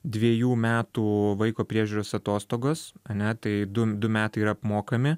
dviejų metų vaiko priežiūros atostogos ane tai du du metai yra apmokami